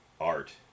art